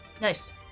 Nice